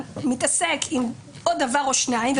מתעסק עם עוד דבר או שניים,